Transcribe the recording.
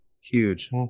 Huge